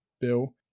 bill